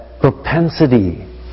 propensity